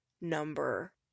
number